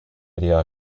idea